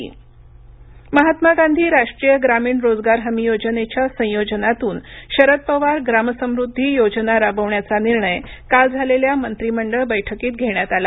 मंत्रिमंडळ निर्णय महात्मा गांधी राष्ट्रीय ग्रामीण रोजगार हमी योजनेच्या संयोजनातून शरद पवार ग्रामसमृद्धी योजना राबविण्याचा निर्णय काल झालेल्या मंत्रिमंडळ बैठकीत घेण्यात आला